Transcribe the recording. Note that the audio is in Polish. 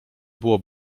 było